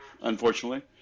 unfortunately